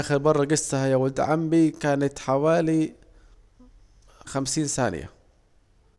آخر مرة جستها يا ولد عمي كانت حوالي خمسين سانية